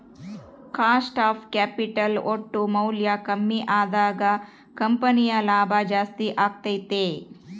cost of capital ಒಟ್ಟು ಮೌಲ್ಯ ಕಮ್ಮಿ ಅದಾಗ ಕಂಪನಿಯ ಲಾಭ ಜಾಸ್ತಿ ಅಗತ್ಯೆತೆ